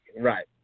Right